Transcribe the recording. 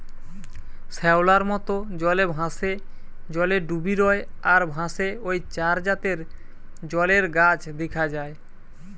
শ্যাওলার মত, জলে ভাসে, জলে ডুবি রয় আর ভাসে ঔ চার জাতের জলের গাছ দিখা যায়